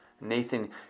Nathan